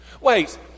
Wait